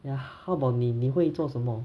ya how about 你你会做什么